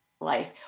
life